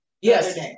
Yes